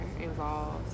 involved